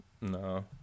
No